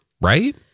Right